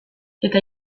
eta